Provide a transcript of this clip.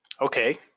Okay